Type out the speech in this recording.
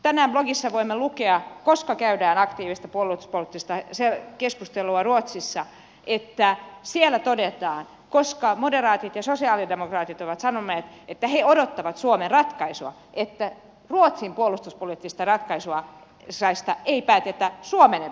tänään blogissa voimme lukea koska käydään aktiivista puoluepoliittista keskustelua ruotsissa että siellä todetaan koska moderaatit ja sosialidemokraatit ovat sanoneet että he odottavat suomen ratkaisua että ruotsin puolustuspoliittisesta ratkaisusta ei päätetä suomen eduskunnassa